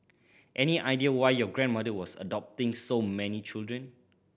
any idea why your grandmother was adopting so many children